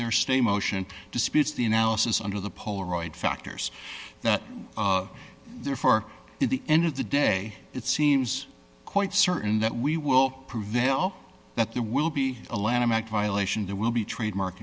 their stay motion disputes the analysis under the polaroid factors that therefore in the end of the day it seems quite certain that we will prevail that there will be a lanham act violation there will be trademark